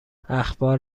اخبار